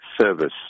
service